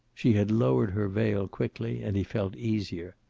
she had lowered her veil quickly, and he felt easier.